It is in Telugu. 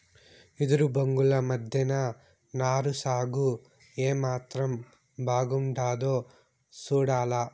ఎదురు బొంగుల మద్దెన నారు సాగు ఏమాత్రం బాగుండాదో సూడాల